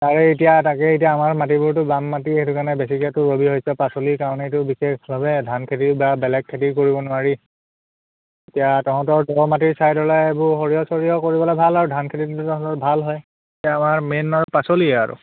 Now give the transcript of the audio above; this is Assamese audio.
তাৰে এতিয়া তাকেই এতিয়া আমাৰ মাটিবোৰতো বাম মাটি সেইটো কাৰণে বেছিকৈতো ৰবি শস্য পাচলিৰ কাৰণেইতো বিশেষভাৱে ধান খেতি বা বেলেগ খেতিও কৰিব নোৱাৰি এতিয়া তহঁতৰ দ মাটিৰ ছাইডলৈ এইবোৰ সৰিয়হ চৰিয়হ কৰিবলৈ ভাল আৰু ধান খেতিটো তহঁতৰ ভাল হয় এতিয়া আমাৰ মেইন আৰু পাচলিয়ে আৰু